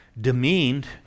demeaned